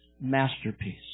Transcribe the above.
masterpiece